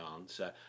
answer